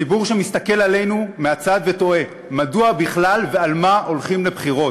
ציבור שמסתכל עלינו מהצד ותוהה מדוע בכלל ועל מה הולכים לבחירות,